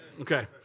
Okay